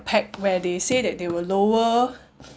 pact where they say that they will lower